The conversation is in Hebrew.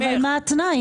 אבל מה התנאי?